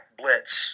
blitz